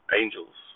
angels